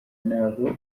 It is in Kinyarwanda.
nabo